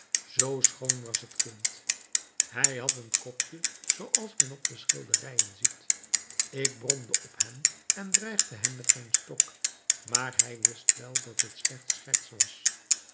zoo schoon was het kind hij had een kopje zooals men op de schilderijen ziet ik bromde op hem en dreigde hem met mijn stok maar hij wist wel dat het slechts scherts was